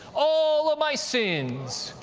all ah my sins!